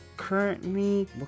currently